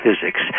physics